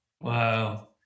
Wow